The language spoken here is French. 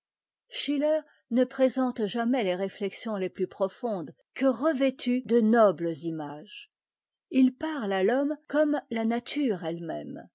schiller ne présente jamais tes réflexions les plus profondes que revêtues de nobles images h parie à l'homme comme la nature eue même